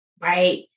Right